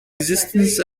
existence